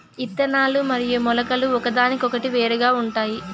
ఇత్తనాలు మరియు మొలకలు ఒకదానికొకటి వేరుగా ఉంటాయి